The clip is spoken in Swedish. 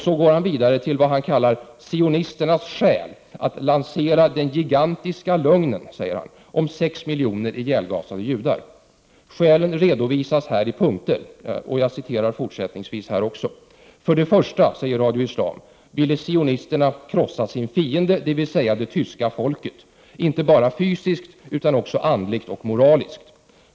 Så går han vidare till vad han kallar ”sionisternas skäl att lansera den gigantiska lögnen om sex miljoner ihjälgasade judar. Skälen redovisas här i punkter. För det första ville sionisterna krossa sin fiende, dvs. det tyska folket, inte bara fysiskt utan också andligt och moraliskt.